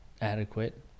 adequate